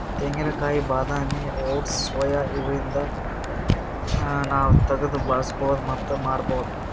ತೆಂಗಿನಕಾಯಿ ಬಾದಾಮಿ oats soya ಇವ್ದರಿಂದ್ ನಾವ್ ತಗ್ದ್ ಬಳಸ್ಬಹುದ್ ಮತ್ತ್ ಮಾರ್ಬಹುದ್